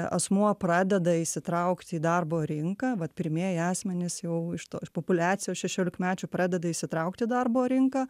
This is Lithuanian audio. asmuo pradeda įsitraukti į darbo rinką vat pirmieji asmenys jau iš to populiacijos šešiolikmečių pradeda įsitraukti į darbo rinką